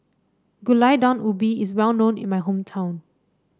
Gulai Daun Ubi is well known in my hometown